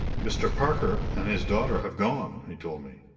mr. parker and his daughter have gone, he told me.